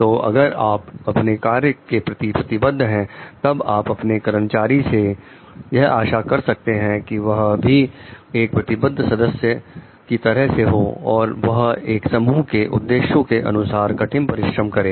तो अगर आप अपने कार्य के प्रति प्रतिबद्ध हैं तब आप अपने कर्मचारी से यह आशा कर सकते हैं कि वह भी एक प्रतिबंध सदस्य की तरह से हो और वहां एक समूह के उद्देश्य के अनुसार कठिन परिश्रम करें